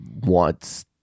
wants